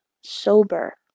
sober